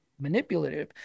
manipulative